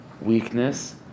weakness